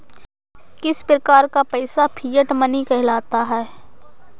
किस प्रकार का पैसा फिएट मनी कहलाता है?